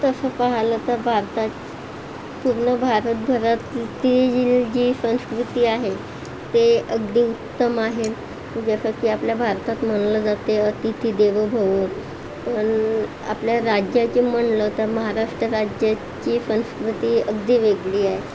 तसं पाहिलं तर भारतात पूर्ण भारतभरातील ती जी जी संस्कृती आहे ते अगदी उत्तम आहे जसं की आपल्या भारतात म्हणलं जाते अतिथी देवो भव पण आपल्या राज्याचे म्हणलं तर महाराष्ट्र राज्याची पण संस्कृती अगदी वेगळी आहे